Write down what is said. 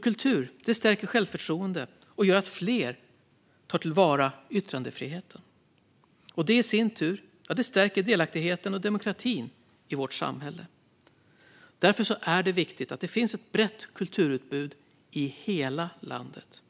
Kultur stärker självförtroendet och gör att fler tar till vara yttrandefriheten. Det stärker i sin tur delaktigheten och demokratin i vårt samhälle. Därför är det viktigt att det finns ett brett kulturutbud i hela landet.